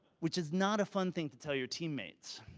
which is not a fun thing to tell your teammates.